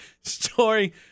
story